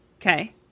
okay